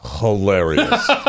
hilarious